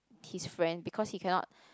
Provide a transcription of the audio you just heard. his friend because he cannot